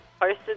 posted